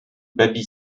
baby